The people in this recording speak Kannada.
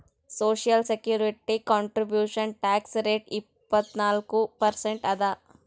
social security contribution tax rate ಇಪ್ಪತ್ನಾಲ್ಕು ಪರ್ಸೆಂಟ್ ಅದ